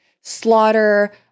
slaughter